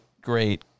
great